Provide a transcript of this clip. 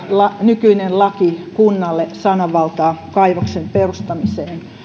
nykyinen laki kunnalle sananvaltaa kaivoksen perustamiseen